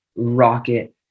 rocket